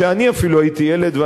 כשאני אפילו הייתי ילד,